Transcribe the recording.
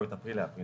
ואת אפריל לאפריל.